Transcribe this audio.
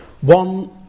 one